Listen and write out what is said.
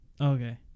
Okay